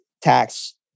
tax